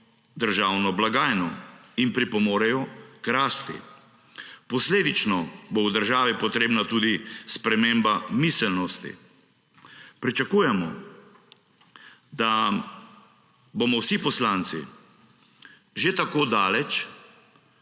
državno blagajno in pripomorejo k rasti. Posledično bo v državi potrebna tudi sprememba miselnosti. Pričakujemo, da bomo vsi poslanci že tako daleč